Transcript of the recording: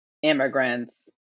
immigrants